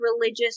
religious